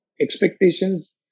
expectations